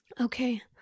Okay